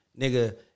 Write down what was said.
Nigga